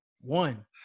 one